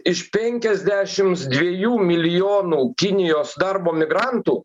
iš penkiasdešimts dviejų milijonų kinijos darbo migrantų